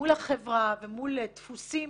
מול החברה ומול דפוסים